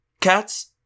Cats